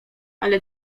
ale